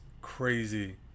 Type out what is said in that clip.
crazy